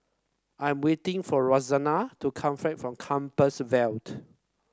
I'm waiting for Rosanne to come fan from Compassvale